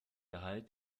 erhalt